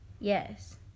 Yes